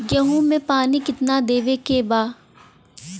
गेहूँ मे पानी कितनादेवे के बा?